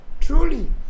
Truly